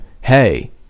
hey